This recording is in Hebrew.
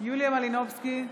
יוליה מלינובסקי,